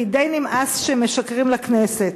כי די נמאס שמשקרים לכנסת.